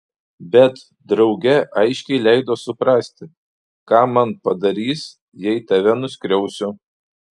bet drauge aiškiai leido suprasti ką man padarys jei tave nuskriausiu